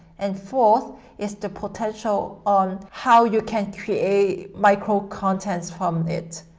and fourth is the potential on how you can create micro contents from it.